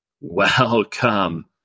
Welcome